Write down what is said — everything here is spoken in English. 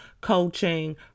coaching